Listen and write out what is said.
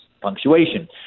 punctuation